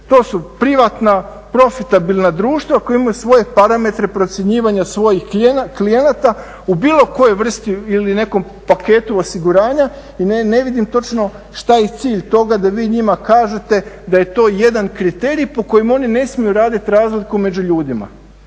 to su privatna, profitabilna društva koja imaju svoje parametre procjenjivanja svojih klijenata u bilo kojoj vrsti ili nekom paketu osiguranja i ne vidim točno šta je cilj toga da vi njima kažete da je to jedan kriterij po kojem oni ne smiju raditi razliku među ljudima